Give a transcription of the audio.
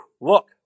look